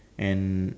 and